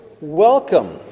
Welcome